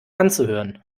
anzuhören